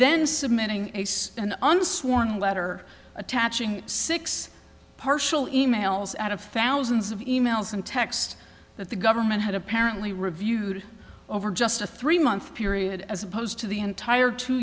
then submitting an unsworn letter attaching six partial in mails out of thousands of e mails and text that the government had apparently reviewed over just a three month period as opposed to the entire two